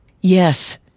yes